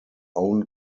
own